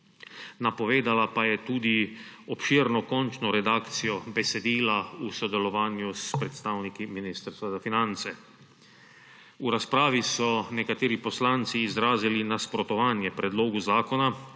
Napovedala pa je tudi obširno končno redakcijo besedila v sodelovanju s predstavniki Ministrstva za finance. V razpravi so nekateri poslanci izrazili nasprotovanje predlogu zakona,